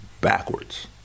backwards